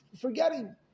forgetting